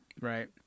Right